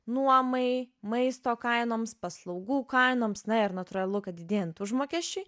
nuomai maisto kainoms paslaugų kainoms na ir natūralu kad didėjant užmokesčiui